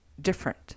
different